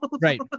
Right